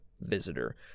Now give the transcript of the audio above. visitor